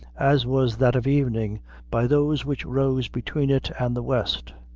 as was that of evening by those which rose between it and the west.